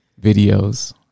videos